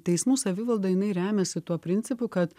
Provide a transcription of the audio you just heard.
teismų savivalda jinai remiasi tuo principu kad